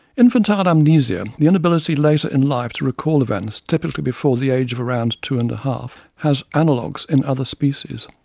infantile amnesia, the inability later in life to recall events typically before the age of around two and a half, has analogues in other species.